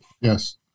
Yes